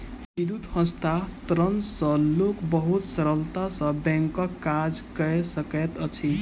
विद्युत हस्तांतरण सॅ लोक बहुत सरलता सॅ बैंकक काज कय सकैत अछि